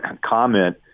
comment